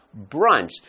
brunch